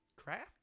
Craft